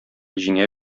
җиңә